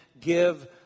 give